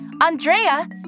Andrea